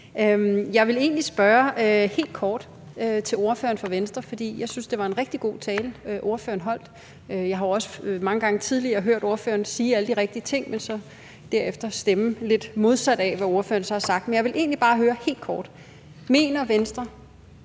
om at forbyde bønnekald. Det er altid en fornøjelse. Jeg synes, det var en rigtig god tale, ordføreren for Venstre holdt. Jeg har mange gange tidligere hørt ordføreren sige alle de rigtige ting, men så derefter stemme lidt modsat af, hvad ordføreren så har sagt. Men jeg vil egentlig bare helt kort høre: Mener Venstre,